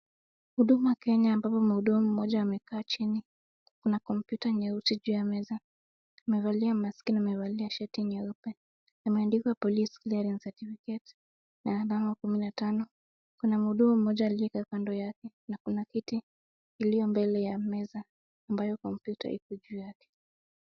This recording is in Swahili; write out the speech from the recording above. Huduma Kenya ambapo mhudumu mmoja amekaa chini kuna computer nyeusi juu ya meza amevalia mask na amevalia shati nyeupe imeandikwa police clearance certificate na alama kumi na tano Kuna mhudumu mmoja aliyekaa kando yake na Kuna kitu iliyo mbele ya meza ambayo computer Iko juu yake